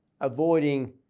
avoiding